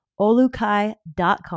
olukai.com